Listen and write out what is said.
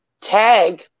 tag